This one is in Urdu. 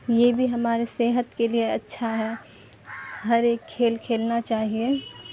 یہ بھی ہمارے صحت کے لیے اچھا ہے ہر ایک کھیل کھیلنا چاہیے